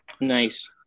Nice